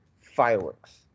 fireworks